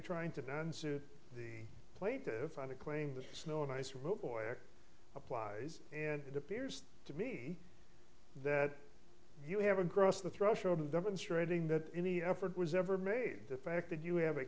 trying to dance to the plate to find a claim the snow and ice road or applies and it appears to me that you have a gross the threshold of demonstrating that any effort was ever made the fact that you have a